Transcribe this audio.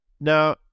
Now